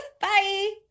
bye